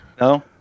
No